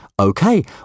Okay